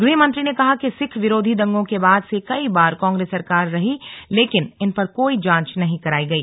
गृहमंत्री ने कहा कि सिख विरोधी दंगों के बाद से कई बार कांग्रेस सरकार रही लेकिन इन पर कोई जांच नहीं कराई गई